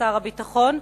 שר הביטחון,